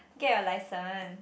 get your license